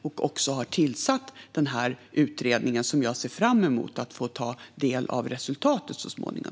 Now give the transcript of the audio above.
Vi har som sagt tillsatt en utredning, och jag ser fram emot att så småningom få ta del av dess resultat.